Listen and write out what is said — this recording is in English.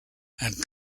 and